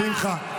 שמחה,